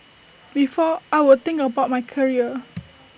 before I would think about my career